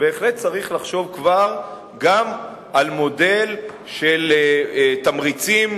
בהחלט צריך לחשוב כבר גם על מודל של תמריצים,